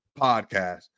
podcast